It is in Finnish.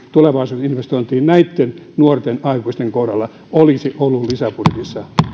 tulevaisuusinvestointeihin näitten nuorten aikuisten kohdalla olisi ollut lisäbudjetissa